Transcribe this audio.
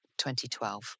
2012